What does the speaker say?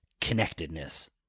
connectedness